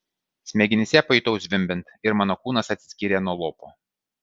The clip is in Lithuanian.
smegenyse pajutau zvimbiant ir mano kūnas atsiskyrė nuo lopo